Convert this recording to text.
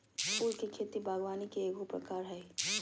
फूल के खेती बागवानी के एगो प्रकार हइ